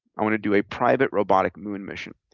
i wanna do a private, robotic moon mission.